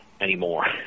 anymore